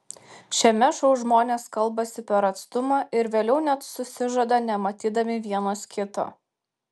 šiame šou žmonės kalbasi per atstumą ir vėliau net susižada nematydami vienas kito